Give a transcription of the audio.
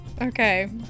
Okay